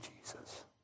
Jesus